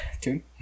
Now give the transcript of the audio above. Tune